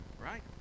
Right